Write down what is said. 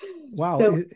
wow